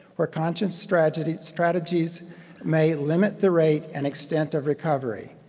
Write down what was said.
where conscious strategies strategies may limit the rate and extent of recovery.